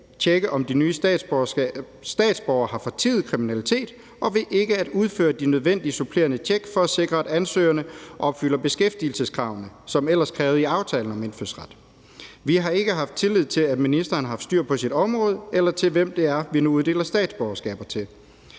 tjekke, om de nye statsborgere har fortiet at have begået kriminalitet, og ikke at udføre de nødvendige supplerende tjek for at sikre, at ansøgerne opfylder beskæftigelseskravene, som ellers er krævet i aftalen om indfødsret. Vi har ikke haft tillid til, at ministeren har haft styr på sit område eller på, hvem det er, vi nu uddeler statsborgerskaber til.